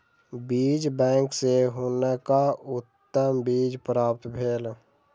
बीज बैंक सॅ हुनका उत्तम बीज प्राप्त भेल